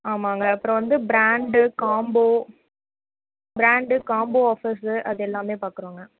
ஆமாங்க அப்புறம் வந்து brand combo brand combo offers அது எல்லாம் பாக்கிறோங்க